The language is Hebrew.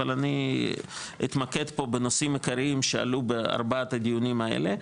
אבל אני אתמקד פה בנושאים העיקריים שעלו בארבעת הדיונים האלה,